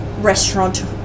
restaurant